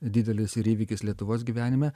didelis ir įvykis lietuvos gyvenime